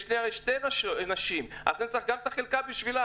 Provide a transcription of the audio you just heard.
יש לי שתי נשים, אז אני צריך גם חלקה בשבילה.